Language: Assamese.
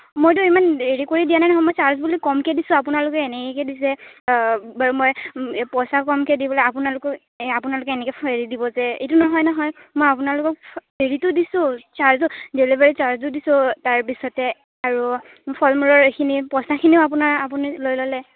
মইটো ইমান হেৰি কৰি দিয়া নাই নহয় মই চাৰ্জ বুলি কমকৈ দিছোঁ আপোনালোকে এনেকৈ দিছে বাৰু মই পইচা কমকৈ দি বোলে আপোনালোকক আপোনালোকে এনেকৈ হেৰি দিব যে এইটো নহয় নহয় মই আপোনালোকক হেৰিটো দিছোঁ চাৰ্জো ডেলিভাৰী চাৰ্জো দিছোঁ তাৰপিছতে আৰু ফলমূলৰ এইখিনি পইচাখিনিও আপোনা আপুনি লৈ ল'লে